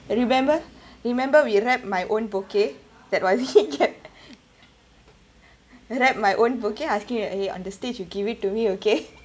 and remember remember we wrap my own bouquet that wrap my own bouquet asking eh on the stage you give it to me okay